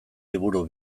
liburu